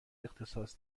اختصاص